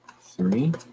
three